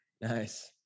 Nice